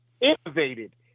innovated